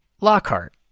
Lockhart